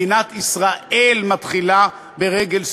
מדינת ישראל מתחילה ברגל שמאל.